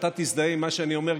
שאתה תזדהה עם מה שאני אומר,